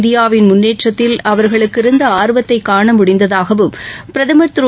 இந்தியாவின் முன்னேற்றத்தில் அவர்களுக்கு இருந்த ஆர்வத்தைக் காண முடிந்ததாகவும் பிரதமர் திரு